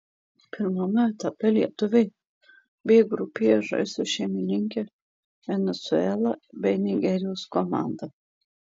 pirmame etape lietuviai b grupėje žais su šeimininke venesuela bei nigerijos komanda